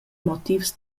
motivs